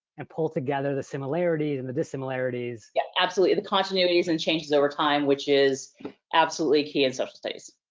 and pull together the similarities and the dissimilarities. yeah, absolutely. the continuities and changes over time which is absolutely key in social studies.